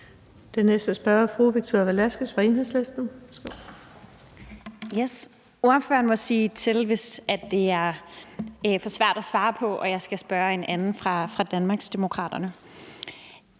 Enhedslisten. Kl. 15:05 Victoria Velasquez (EL): Ordføreren må sige til, hvis det er for svært at svare på og jeg skal spørge en anden fra Danmarksdemokraterne.